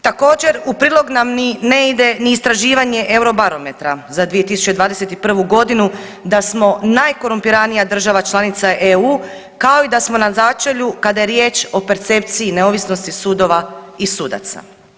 Također, u prilog nam ni ne ide istraživanje Eurobarometra za 2021. g., da smo najkorumpiranija država članica EU, kao i da smo na začelju kada je riječ o percepciji neovisnosti sudova i sudaca.